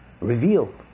Revealed